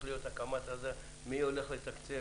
מי הולך לתקצב,